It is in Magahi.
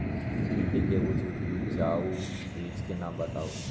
भिंडी के उच्च उपजाऊ बीज के नाम बताऊ?